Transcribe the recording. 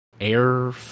Air